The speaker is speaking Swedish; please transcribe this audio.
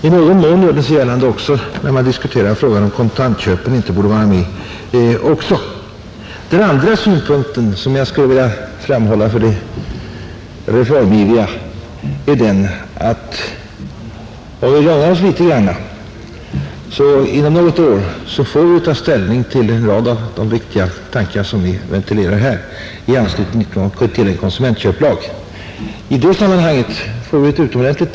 I någon mån gör den sig gällande också när man diskuterar frågan om att även kontantköpen borde vara med, Den andra synpunkten som jag skulle vilja framhålla för de reformivriga är att om vi lugnar oss en liten smula så får vi inom något år ta ställning till en rad av de viktiga tankar som ventilerats här. Det blir anledning till det i anslutning till en blivande konsumentköplag.